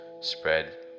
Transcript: Spread